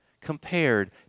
compared